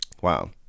Wow